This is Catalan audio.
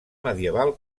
medieval